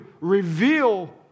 reveal